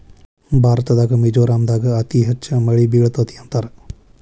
ಭಾರತದಾಗ ಮಿಜೋರಾಂ ದಾಗ ಅತಿ ಹೆಚ್ಚ ಮಳಿ ಬೇಳತತಿ ಅಂತಾರ